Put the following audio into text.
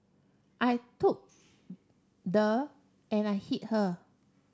I took the and I hit her